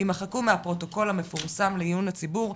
ימחקו מהפרוטוקול המפורסם לעיון הציבור,